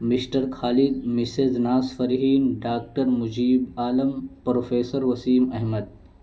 mister Khalid Mrs ناس Farheen doctor Mujeeb Alam professor Waseem Ahmad